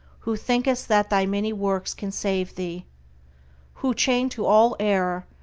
who thinkest that thy many works can save thee who, chained to all error,